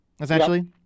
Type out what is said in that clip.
Essentially